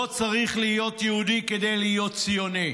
לא צריך להיות יהודי כדי להיות ציוני.